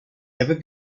ever